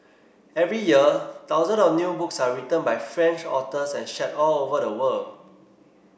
every year thousand of new books are written by French authors and shared all over the world